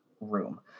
room